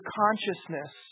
consciousness